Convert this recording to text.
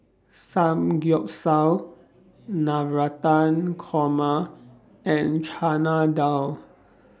Samgeyopsal Navratan Korma and Chana Dal